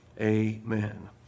Amen